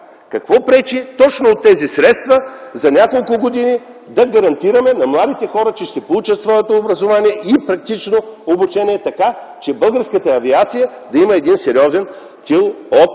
Какво пречи точно с тези средства за няколко години да гарантираме на младите хора, че ще получат своето образование и практично обучение, така че българската авиация да има един сериозен тил от